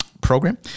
program